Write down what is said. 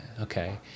okay